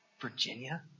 Virginia